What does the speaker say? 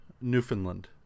Newfoundland